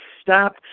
stop